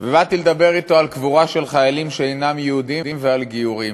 באתי לדבר אתו על קבורה של חיילים שאינם יהודים ועל גיורים.